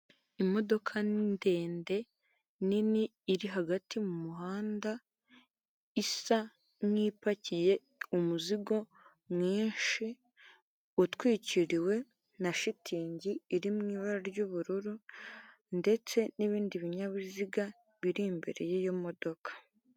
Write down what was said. Imodoka ndende nini iri hagati mu muhanda, isa nk'ipakiye umuzigo mwinshi utwikiriwe na shitingi iri mu ibara ry'ubururu ndetse n'ibindi binyabiziga biri imbere y'iyo modoka.